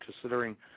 considering